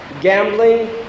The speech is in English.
gambling